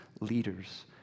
leaders